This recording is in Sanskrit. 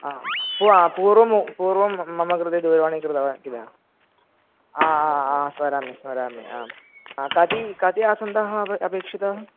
आम् पू पूर्वं पूर्वं मम कृते दूरवाणी कृतवान् किल आ स्मरामि स्मरामि आम् कति कति आसन्दाः अ अपेक्षिताः